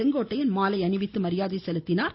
செங்கோட்டையன் மாலை அணிவித்து மரியாதை செலுத்தினார்